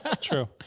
True